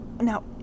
Now